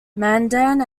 mandan